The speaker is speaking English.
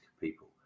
people